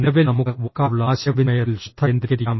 നിലവിൽ നമുക്ക് വാക്കാലുള്ള ആശയവിനിമയത്തിൽ ശ്രദ്ധ കേന്ദ്രീകരിക്കാം